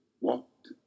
walked